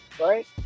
Right